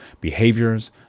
behaviors